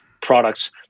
products